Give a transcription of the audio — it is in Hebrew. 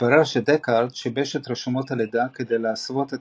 מתברר שדקארד שיבש את רשומות הלידה כדי להסוות את